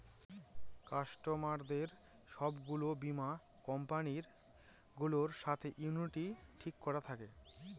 কাস্টমারদের সব গুলো বীমা কোম্পানি গুলোর সাথে ইউনিটি ঠিক করা থাকে